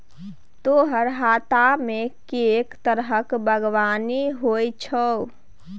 तोहर हातामे कैक तरहक बागवानी होए छौ